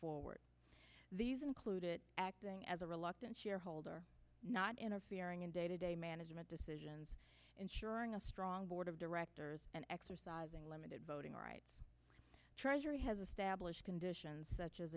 forward these included acting as a reluctant shareholder not interfering in day to day management decisions ensuring a strong board of directors and exercising limited voting rights treasury has established conditions such as